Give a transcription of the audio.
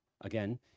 Again